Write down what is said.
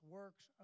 works